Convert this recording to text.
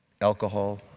Alcohol